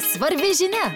svarbi žinia